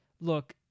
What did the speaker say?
Look